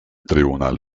tribunal